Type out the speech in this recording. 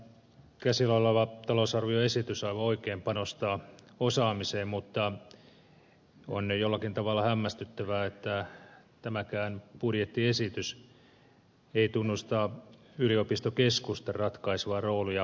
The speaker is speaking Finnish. tämä käsillä oleva talousarvioesitys aivan oikein panostaa osaamiseen mutta on jollakin tavalla hämmästyttävää että tämäkään budjettiesitys ei tunnusta yliopistokeskusten ratkaisevaa roolia alueelleen